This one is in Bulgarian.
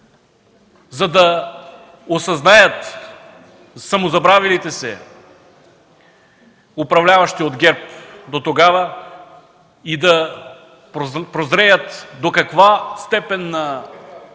за да осъзнаят самозабравилите се управляващи от ГЕРБ дотогава и да прозреят до каква степен на